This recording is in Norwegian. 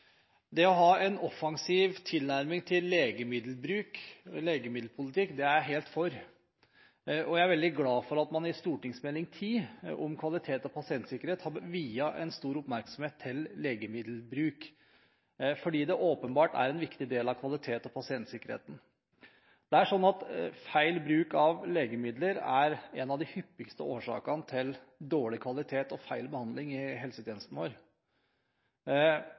Det å ha en offensiv tilnærming til legemiddelpolitikk er jeg helt for, og jeg er veldig for at man i Meld. St. 10 for 2012–2013 om kvalitet og pasientsikkerhet har viet legemiddelbruk stor oppmerksomhet fordi det åpenbart er en viktig del av kvaliteten og pasientsikkerheten. Feil bruk av legemidler er en av de hyppigste årsakene til dårlig kvalitet og feil behandling i helsetjenesten vår.